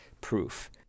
proof